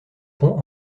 pont